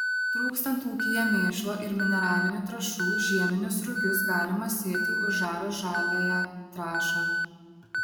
trūkstant ūkyje mėšlo ir mineralinių trąšų žieminius rugius galima sėti užarus žaliąją trąšą